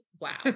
Wow